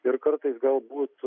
ir kartais galbūt